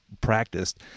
practiced